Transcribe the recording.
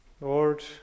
Lord